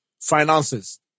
finances